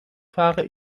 fahre